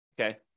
okay